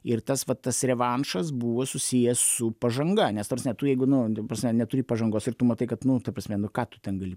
ir tas va tas revanšas buvo susijęs su pažanga nes ta prasme tu jeigu nu ta prasme neturi pažangos ir tu matai kad nu ta prasme nu ką tu ten gali